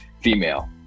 female